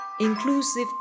Inclusive